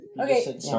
Okay